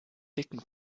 dicken